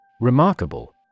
Remarkable